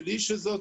בלי שזאת,